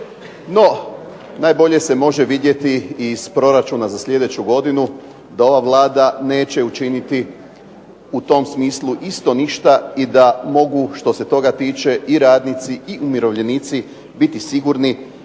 No najbolje se može vidjeti i iz proračuna za sljedeću godinu, da ova Vlada neće učiniti u tom smislu isto ništa i da mogu što se toga tiče i radnici i umirovljenici biti sigurni